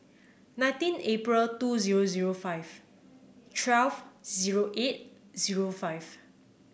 nineteen April two zero zero five twelve zero eight zero five